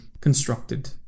constructed